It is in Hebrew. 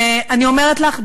ואני אומרת לך,